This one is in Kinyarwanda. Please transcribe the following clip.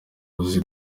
uzi